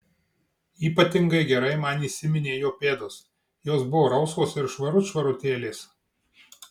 ypatingai gerai man įsiminė jo pėdos jos buvo rausvos ir švarut švarutėlės